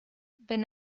wenn